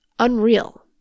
Unreal